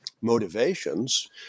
motivations